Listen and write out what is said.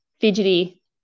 fidgety